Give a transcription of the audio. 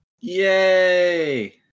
yay